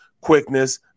quickness